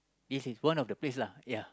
this is one of the place lah ya